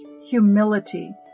humility